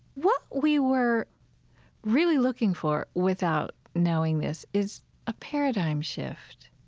what we were really looking for without knowing this is a paradigm shift.